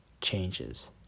changes